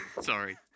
sorry